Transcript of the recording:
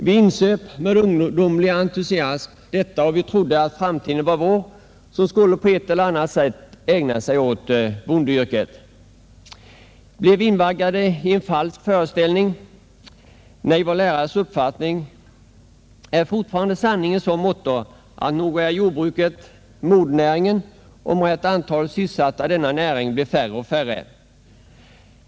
Vi insöp med ungdomlig entusiasm detta, och vi trodde att framtiden var vår ty vi skulle på ett eller annat sätt ägna oss åt bondeyrket. Blev vi invaggade i en falsk föreställning? Nej, vår lärares uppfattning är fortfarande sanning i så måtto att nog är jordbruket modernäringen, om än antalet sysselsatta i denna näring blir mindre och mindre.